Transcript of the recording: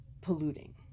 polluting